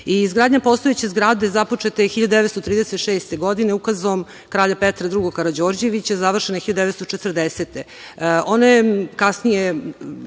države. Izgradnja postojeće zgrade započeta je 1936. godine, ukazom Kralja Petra II Karađorđevića, završena je 1940.